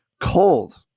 Cold